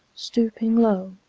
stooping low,